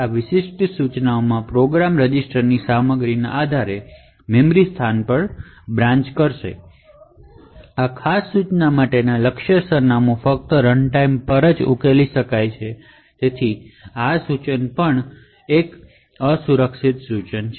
આ ઇન્સટ્રકશનમાં પ્રોગ્રામ રજિસ્ટરની કનટેન્ટના આધારે મેમરી સ્થાન પર બ્રાન્ચ કરશે આ ખાસ ઇન્સટ્રકશન માટેનું ટાર્ગેટ સરનામું ફક્ત રનટાઈમ પર જ ઉકેલી શકાય છે અને આ ઇન્સટ્રકશન પણ એક અસુરક્ષિત ઇન્સટ્રકશન છે